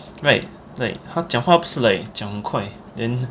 right like 他讲话不是 like 讲很快 then